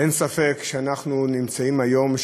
אין ספק שאנחנו נמצאים היום,